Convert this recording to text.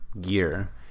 Gear